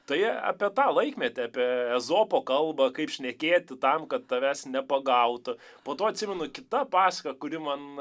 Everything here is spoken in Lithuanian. tai apie tą laikmetį apie ezopo kalba kaip šnekėti tam kad tavęs nepagautų po to atsimenu kita pasaka kuri man